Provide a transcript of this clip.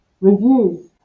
reviews